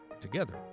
Together